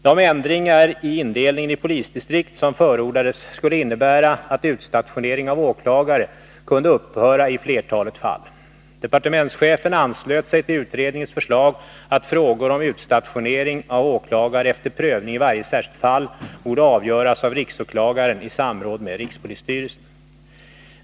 De ändringar i indelningen i polisdistrikt som förordades skulle innebära att utstationering av åklagare kunde upphöra i flertalet fall. Departementschefen anslöt sig till utredningens förslag att frågor om utstationering av åklagare efter prövning i varje särskilt fall borde avgöras av riksåklagaren i samråd med rikspolisstyrelsen.